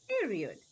Period